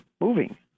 moving